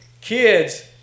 kids